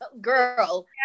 girl